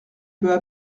peu